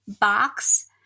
box